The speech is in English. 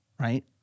Right